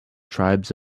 tribes